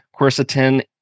quercetin